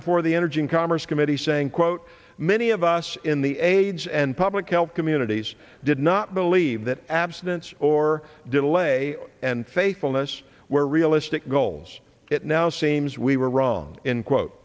the energy and commerce committee saying quote many of us in the aids and public health communities did not believe that abstinence or delay and faithfulness were realistic goals it now seems we were wrong in quote